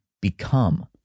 become